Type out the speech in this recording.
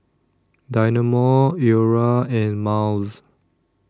Dynamo Iora and Miles